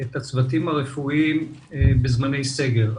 את הצוותים הרפואיים בזמני סגר.